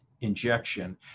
injection